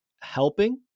helping